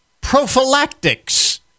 prophylactics